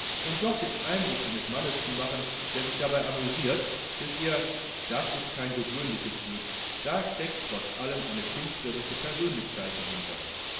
und doch den eindruck eines mannes zu machen der sich dabei amüsiert wißt ihr das ist kein gewöhnliches stück da steckt trotz allem eine künstlerische persönlichkeit dahinter